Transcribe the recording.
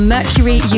Mercury